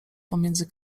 pomiędzy